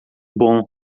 bom